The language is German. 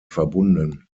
verbunden